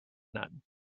none